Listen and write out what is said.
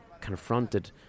confronted